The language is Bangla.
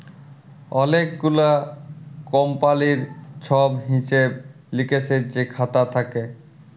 অলেক গুলা কমপালির ছব হিসেব লিকেসের যে খাতা থ্যাকে